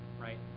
right